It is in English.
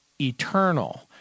eternal